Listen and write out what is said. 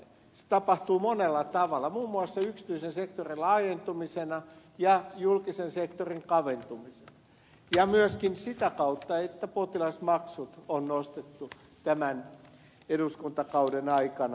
se tapahtuu monella tavalla muun muassa yksityisen sektorin laajentumisena ja julkisen sektorin kaventumisena ja myöskin sitä kautta että potilasmaksuja on nostettu tämän eduskuntakauden aikana